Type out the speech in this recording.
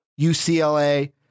UCLA